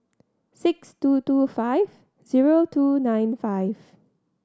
six two two five zero two nine five